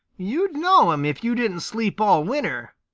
you'd know him if you didn't sleep all winter,